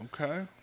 Okay